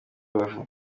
rubavu